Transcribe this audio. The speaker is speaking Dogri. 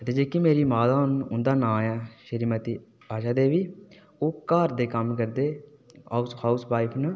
ते जेह्की मेरी माता होर न हुंदा नां ऐ श्रीमती आशा देवी ओह् घर दा कम्म करदे हाऊस वाईफ न